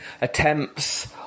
attempts